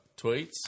tweets